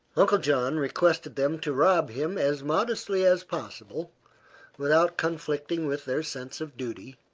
uncle john requested them to rob him as modestly as possible without conflicting with their sense of duty,